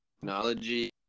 technology